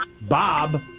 Bob